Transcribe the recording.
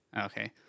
Okay